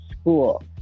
school